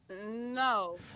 no